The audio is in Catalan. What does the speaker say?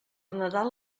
nadal